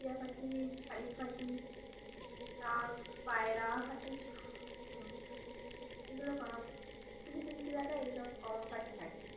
টিয়া পাখি শালিক পাখি কাক পায়রা এইসব এগুলো ক কিছুছু কিছু জায়গায় এইসব কমন পাখি থাকে